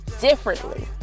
differently